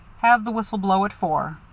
have the whistle blow at four.